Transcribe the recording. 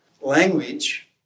language